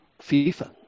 FIFA